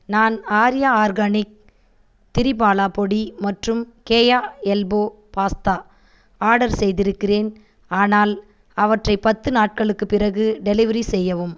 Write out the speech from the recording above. நான் ஆர்யா ஆர்கானிக் திரிபாலா பொடி மற்றும் கேயா எல்போ பாஸ்தா ஆர்டர் செய்திருக்கிறேன் ஆனால் அவற்றை பத்து நாட்களுக்குப் பிறகு டெலிவரி செய்யவும்